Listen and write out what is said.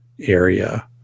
area